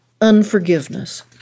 unforgiveness